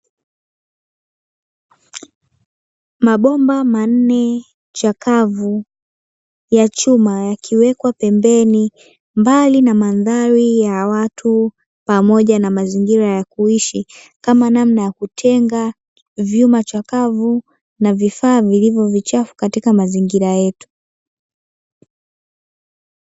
Mabomba manne chakavu ya chuma, yakiwekwa pembeni mbali na mandhari ya watu pamoja na mazingira ya kuishi, kama namna ya kutenga vyuma chakavu na vifaa vilivyo vichafu katika mazingira yetu.